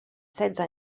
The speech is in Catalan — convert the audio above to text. setze